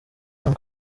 jean